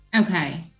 Okay